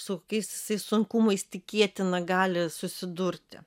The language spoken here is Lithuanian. su kokiais jisai sunkumais tikėtina gali susidurti